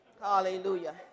Hallelujah